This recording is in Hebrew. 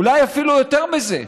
אולי אפילו יותר מזה,